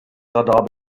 radar